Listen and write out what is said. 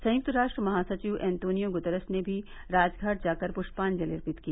संयुक्त राष्ट्र महासचिव एंतोनियो गुतरश ने भी राजघाट जाकर पृष्पांजलि अर्पित की